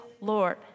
Lord